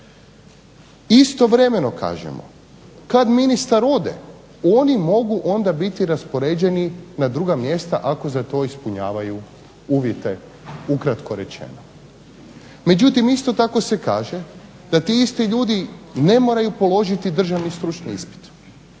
Istovremeno kažemo kada ministar ode onda mogu biti raspoređeni na druga mjesta ako za to ispunjavaju uvjete ukratko rečeno. Međutim, isto tako se kaže da ti isti ljudi ne moraju položiti državni stručni ispit.